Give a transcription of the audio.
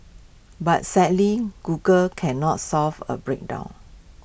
but sadly Google cannot solve A breakdown